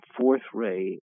fourth-ray